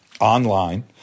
online